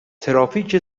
ترافیک